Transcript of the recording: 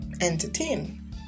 entertain